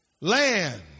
land